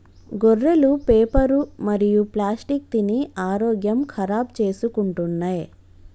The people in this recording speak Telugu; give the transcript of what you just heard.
గొర్రెలు పేపరు మరియు ప్లాస్టిక్ తిని ఆరోగ్యం ఖరాబ్ చేసుకుంటున్నయ్